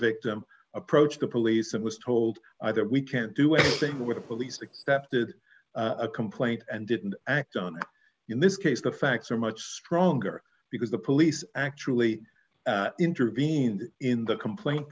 victim approached the police and was told that we can't do a thing with the police accepted a complaint and didn't act on in this case the facts are much stronger because the police actually intervened in the complaint